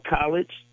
college